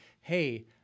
Hey